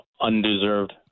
undeserved